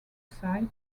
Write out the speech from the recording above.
sigh